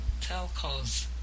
telcos